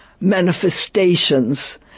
manifestations